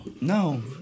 No